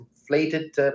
inflated